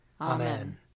Amen